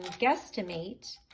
guesstimate